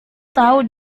tahu